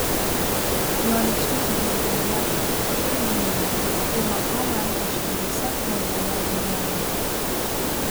jo nykštys braukė riešu aukštyn žemyn ir nuo to man paširdžiuose plazdėjo drugeliai